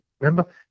Remember